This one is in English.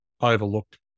overlooked